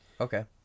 Okay